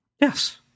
Yes